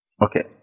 Okay